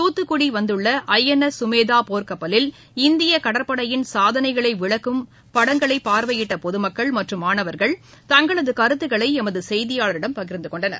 தூத்துக்குடி வந்துள்ள ஐஎன்எஸ் சுமேதா போர்க்கப்பலில் இந்திய கடற்படையின் சாதனைகளை விளக்கும் படங்களைப் பார்வையிட்ட பொதுமக்கள் மற்றும் மாணவர்கள் தங்களது கருத்துக்களை எமது செய்தியாளரிடம் பகிர்ந்தகொண்டனர்